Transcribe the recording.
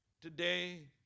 today